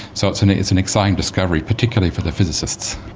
so it's an it's an exciting discovery, particularly for the physicists.